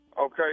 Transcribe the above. Okay